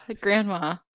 grandma